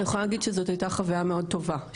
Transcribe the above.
אני יכולה להגיד שזאת הייתה חוויה מאד טובה,